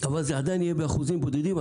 אבל זה עדיין יהיה באחוזים בודדים.